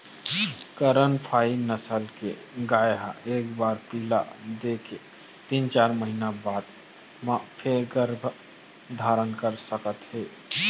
करन फ्राइ नसल के गाय ह एक बार पिला दे के तीन, चार महिना बाद म फेर गरभ धारन कर सकत हे